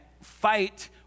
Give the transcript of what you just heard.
fight